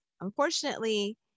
unfortunately